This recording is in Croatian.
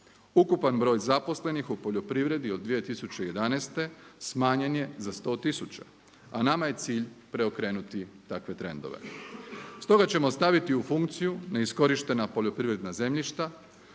Ukupan broj zaposlenih u poljoprivredi od 2011. smanjen je za 100 tisuća, a nama je cilj preokrenuti takve trendove. Stoga ćemo staviti u funkciju neiskorištena poljoprivredna zemljišta